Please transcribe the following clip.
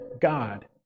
God